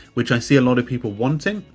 which i see a lot of people wanting,